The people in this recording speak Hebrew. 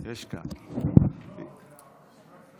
בבקשה, חבר הכנסת גפני.